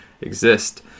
exist